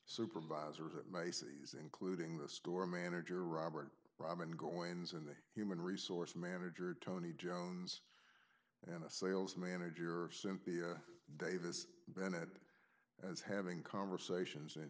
supervisors at macy's including the score manager robert robin go ins when the human resource manager tony jones and a sales manager simply davis bennett as having conversations and